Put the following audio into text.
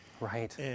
Right